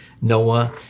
Noah